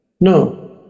No